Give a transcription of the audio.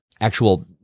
actual